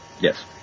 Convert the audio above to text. Yes